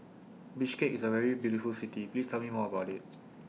Bishkek IS A very beautiful City Please Tell Me More about IT